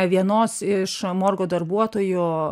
vienos iš morgo darbuotojų